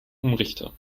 umrichter